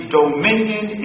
dominion